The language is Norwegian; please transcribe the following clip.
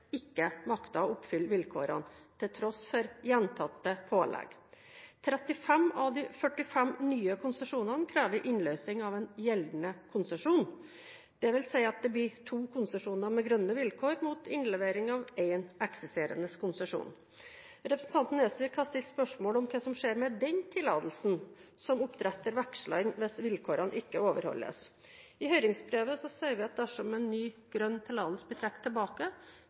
ikke makter å oppfylle vilkårene til tross for gjentatte pålegg. 35 av de 45 nye konsesjonene krever innløsning av en gjeldende konsesjon. Det vil si at det blir to konsesjoner med grønne vilkår mot innlevering av én eksisterende konsesjon. Representanten Nesvik har stilt spørsmål om hva som skjer med den tillatelsen som oppdretter veksler inn hvis vilkårene ikke overholdes. I høringsbrevet sier vi at dersom en ny grønn tillatelse blir trukket tilbake,